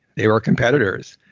they were competitors,